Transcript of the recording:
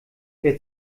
wer